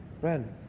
Friends